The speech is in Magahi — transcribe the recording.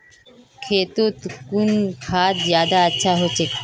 खेतोत कुन खाद ज्यादा अच्छा होचे?